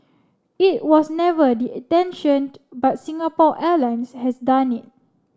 it was never the intention but Singapore Airlines has done it